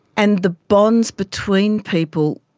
and the bonds between people,